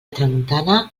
tramuntana